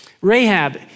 Rahab